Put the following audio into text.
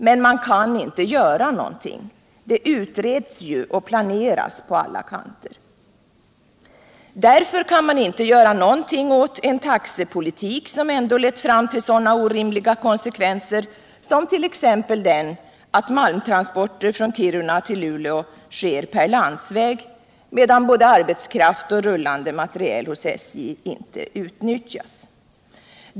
Men man kan inte göra någonting. Det utreds ju och planeras på alla kanter. Därför kan man inte göra någonting åt en taxepolitik som ändå lett fram till sådana orimliga konsekvenser som t.ex. den att malmtransporter från Kiruna till Luleå sker på landsväg, medan både arbetskraft och rullande materiel hos SJ inte utnyttjas.